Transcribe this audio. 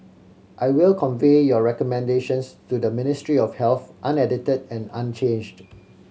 I will convey your recommendations to the Ministry of Health unedited and unchanged